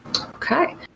Okay